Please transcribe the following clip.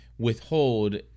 withhold